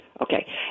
Okay